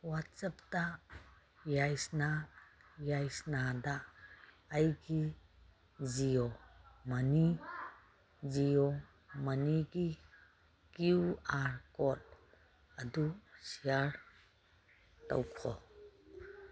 ꯋꯥꯆꯞꯇ ꯌꯥꯏꯁꯅꯥ ꯌꯥꯏꯁꯅꯥꯗ ꯑꯩꯒꯤ ꯖꯤꯌꯣ ꯃꯅꯤ ꯖꯤꯌꯣ ꯃꯅꯤꯒꯤ ꯀ꯭ꯌꯨ ꯑꯥꯔ ꯀꯣꯗ ꯑꯗꯨ ꯁꯤꯌꯥꯔ ꯇꯧꯈꯣ